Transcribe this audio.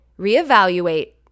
reevaluate